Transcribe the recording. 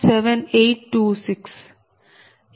7826A320